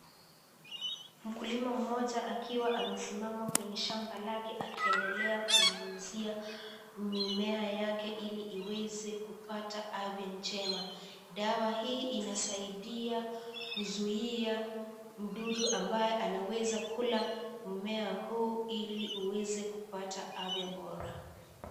Mkulima mmoja akiwa amesimama kwenye shamba lake akiendelea kunyunyizia mimea yake ili iweze kupata afya njema. Dawa hii inasaidia kuzuia mdudu ambaye anaweza kula mmea huu ili uweze kupata afya bora.